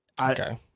Okay